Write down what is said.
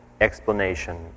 explanation